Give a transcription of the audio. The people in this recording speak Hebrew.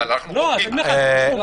ואם אתה מחדש לו את זה,